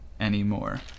anymore